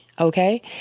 okay